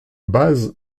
base